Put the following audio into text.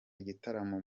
igitaramo